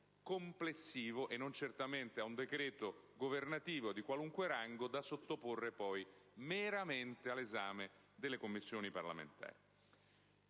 complessivo, e non certamente ad un decreto governativo di qualunque rango, da sottoporre meramente all'esame delle Commissioni parlamentari.